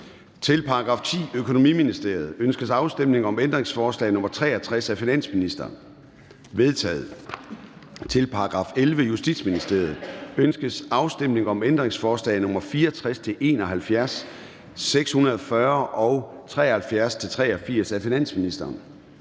Til § 10. Økonomiministeriet. Ønskes afstemning om ændringsforslag nr. 63 af finansministeren? Det er vedtaget. Til § 11. Justitsministeriet. Ønskes afstemning om ændringsforslag nr. 64-71, 640 og 73-83 af finansministeren?